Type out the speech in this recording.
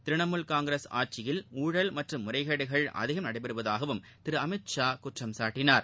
திரிணமூல் காங்கிரஸ் ஆட்சியில் ஊழல் மற்றும் முறைகேடுகள் அதிகம் நடைபெறுவதாகவும் திரு அமித்ஷா குற்றம் சாட்டினார்